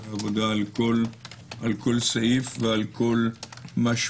עבודה על כל סעיף ועל כל משמעות.